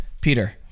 Peter